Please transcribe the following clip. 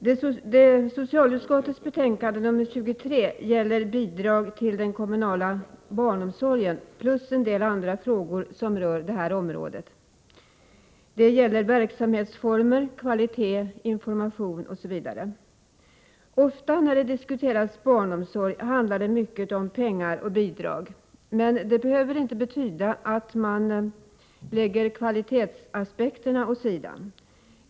Herr talman! Socialutskottets betänkande 23 gäller bidrag till den kommunala barnomsorgen och en del andra frågor som rör det här området — verksamhetsformer, kvalitet, information, osv. Ofta när barnomsorg diskuteras handlar det mycket om pengar och bidrag, men det behöver inte betyda att man lägger kvalitetsaspekterna åt sidan.